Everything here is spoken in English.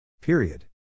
Period